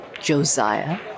Josiah